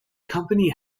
company